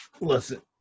Listen